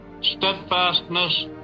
steadfastness